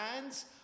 hands